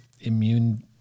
immune